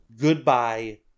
Goodbye